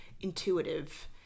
intuitive